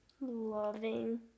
Loving